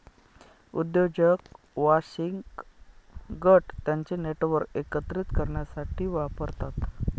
उद्योजक वांशिक गट त्यांचे नेटवर्क एकत्रित करण्यासाठी वापरतात